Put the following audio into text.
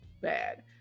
bad